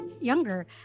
younger